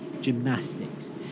gymnastics